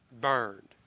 burned